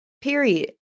Period